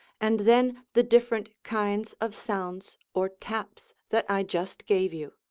and then the different kinds of sounds or taps that i just gave you.